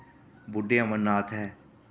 बुड्ढे अमरनाथ ऐ